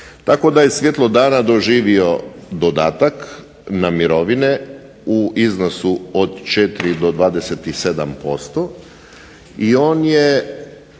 Tako da je svjetlo dana doživo dodatak na mirovine u iznosu od 4 do 27% i on je